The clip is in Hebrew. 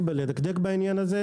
לדקדק בעניין הזה.